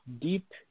deep